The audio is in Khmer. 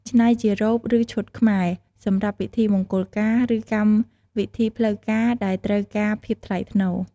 ច្នៃជារ៉ូប ឬឈុតខ្មែរ សម្រាប់ពិធីមង្គលការ ឬកម្មវិធីផ្លូវការដែលត្រូវការភាពថ្លៃថ្នូរ។